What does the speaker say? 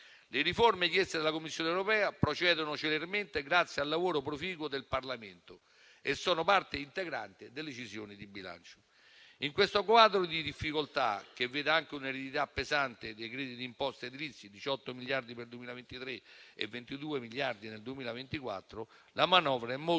Le riforme chieste dalla Commissione europea procedono celermente grazie al lavoro proficuo del Parlamento e sono parte integrante delle decisioni di bilancio. In questo quadro di difficoltà, che vede anche un'eredità pesante dei crediti d'imposta edilizi (18 miliardi nel 2023 e 22 miliardi nel 2024), la manovra è molto razionale